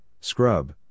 scrub